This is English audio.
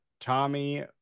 Tommy